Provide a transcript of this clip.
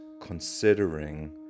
considering